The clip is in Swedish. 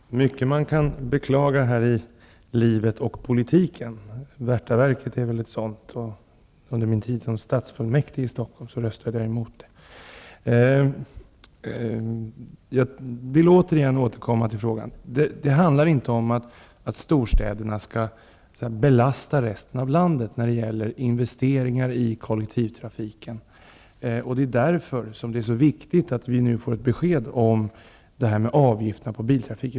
Herr talman! Det är mycket som man kan beklaga i livet och i politiken. Värtaverket är väl en sådan sak, och under min tid som stadsfullmäktig i Stockholm röstade jag emot det. Jag vill återigen återkomma till frågan om investeringar i kollektivtrafiken. Det bör inte vara så att storstäderna skall belasta resten av landet med sådana. Det är därför som det är så viktigt att vi nu får ett besked om avgifterna på biltrafiken.